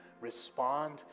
respond